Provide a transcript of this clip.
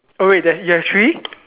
oh wait you have you have three